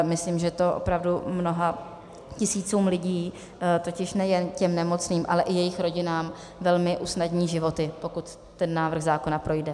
Myslím, že to opravdu mnoha tisícům lidí, totiž nejen těm nemocným, ale i jejich rodinám, velmi usnadní životy, pokud ten návrh zákona projde.